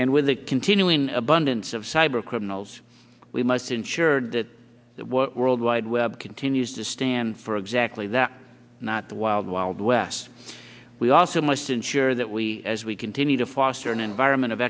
and with the continuing abundance of cyber criminals we must ensure that what worldwide web continues to stand for exactly that not the wild wild west we also must ensure that we as we continue to foster an environment of